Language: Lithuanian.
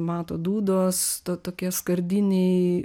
mato dūdos to tokie skardiniai